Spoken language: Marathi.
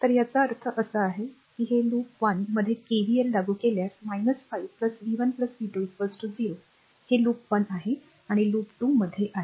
तर याचा अर्थ असा आहे की हे लूप 1 मध्ये केव्हीएल लागू केल्यास 5 v 1 v 2 0 हे लूप 1 आहे आणि लूप 2 मध्ये आहे